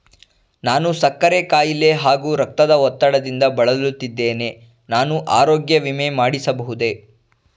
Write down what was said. ನಾನು ಸಕ್ಕರೆ ಖಾಯಿಲೆ ಹಾಗೂ ರಕ್ತದ ಒತ್ತಡದಿಂದ ಬಳಲುತ್ತಿದ್ದೇನೆ ನಾನು ಆರೋಗ್ಯ ವಿಮೆ ಮಾಡಿಸಬಹುದೇ?